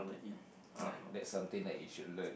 nah that's something that you should learn